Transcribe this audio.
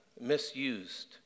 misused